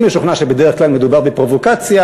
אני משוכנע שבדרך כלל מדובר בפרובוקציה.